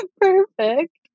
perfect